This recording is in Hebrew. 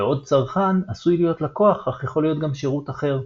בעוד צרכן עשוי להיות לקוח אך יכול להיות גם שירות אחר.